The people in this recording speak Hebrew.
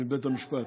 מבית המשפט.